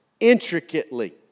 intricately